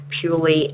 purely